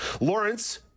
Lawrence